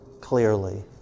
clearly